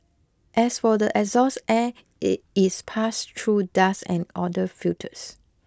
as for the exhaust air it is passed through dust and odour filters